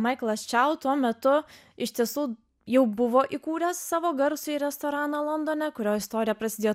maiklas čiau tuo metu iš tiesų jau buvo įkūręs savo garsųjį restoraną londone kurio istorija prasidėjo